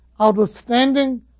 outstanding